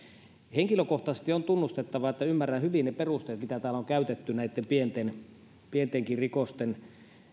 henkilökohtaisesti on tunnustettava että ymmärrän hyvin ne perusteet mitä täällä on käytetty näitten pientenkin pientenkin rikosten